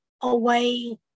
away